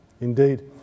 Indeed